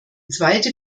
zweite